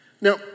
Now